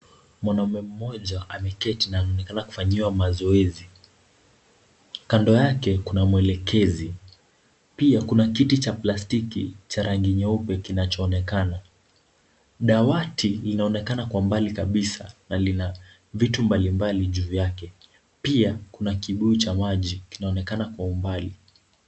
Mwanaume mmoja ameketi na anaonekana kufanyiwa mazoezi. Kando yake kuna mwelekezi, pia kuna kiti cha plastiki cha rangi nyeupe kinachoonekana. Dawati linaonekana kwa mbali kabisa na lina vitu mbalimbali juu yake. Pia kuna kibuyu cha maji inaonekana kwa umbali.